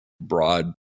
broad